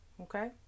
Okay